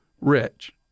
rich